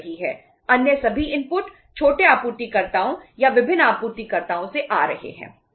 अन्य सभी इनपुट छोटे आपूर्तिकर्ताओं या विभिन्न आपूर्तिकर्ताओं से आ रहे हैं